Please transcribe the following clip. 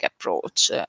approach